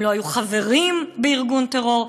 הם לא היו חברים בארגון טרור,